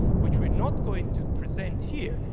which we're not going to present here,